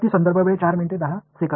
நீங்கள் உள்ளுணர்வாக என்ன செய்வீர்கள்